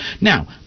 Now